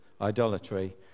idolatry